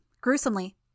gruesomely